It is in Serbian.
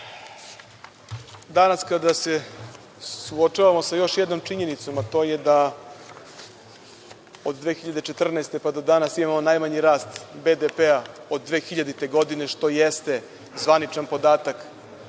kada se suočavamo sa još jednom činjenicom, a to je da od 2014. godine pa do danas imamo najmanji rast BDP od 2000. godine, što jeste zvaničan podatak